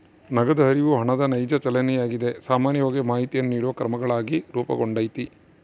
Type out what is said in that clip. ನಗದು ಹರಿವು ಹಣದ ನೈಜ ಚಲನೆಯಾಗಿದೆ ಸಾಮಾನ್ಯವಾಗಿ ಮಾಹಿತಿಯನ್ನು ನೀಡುವ ಕ್ರಮಗಳಾಗಿ ರೂಪುಗೊಂಡೈತಿ